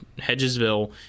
Hedgesville